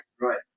Right